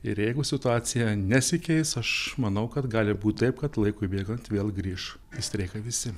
ir jeigu situacija nesikeis aš manau kad gali būti taip kad laikui bėgant vėl grįš į streiką visi